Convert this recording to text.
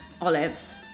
olives